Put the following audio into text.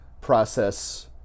process